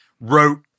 wrote